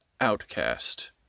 outcast